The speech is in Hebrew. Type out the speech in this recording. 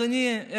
אדוני,